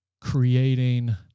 creating